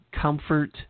comfort